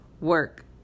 work